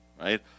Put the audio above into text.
right